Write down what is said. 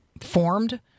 formed